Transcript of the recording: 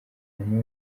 muntu